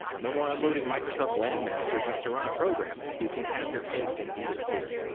no more unloading microsoft lan manager just to run a program you can have your cake and eat it too.